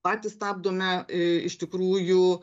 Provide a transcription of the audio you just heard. patys stabdome e iš tikrųjų